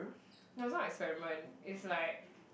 no some experiment is like